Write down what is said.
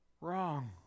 wrong